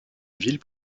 ville